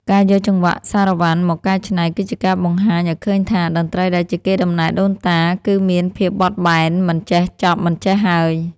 ការយកចង្វាក់សារ៉ាវ៉ាន់មកកែច្នៃ គឺជាការបង្ហាញឱ្យឃើញថា តន្ត្រីដែលជាកេរដំណែលដូនតាគឺមានភាពបត់បែនមិនចេះចប់មិនចេះហើយ។